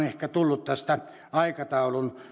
ehkä tullut tästä aikataulun